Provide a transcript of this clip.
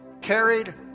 carried